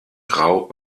grau